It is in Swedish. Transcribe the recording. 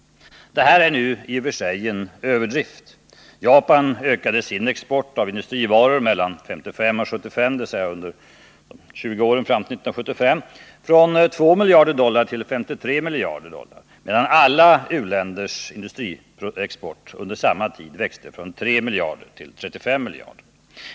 Detta är i och för sig en överdrift. Japan ökade sin export av industrivaror mellan 1955 och 1975 från 2 miljarder dollar till 53 miljarder dollar, medan alla u-länders industriexport under samma tid växte från 3 miljarder dollar till 35 miljarder dollar.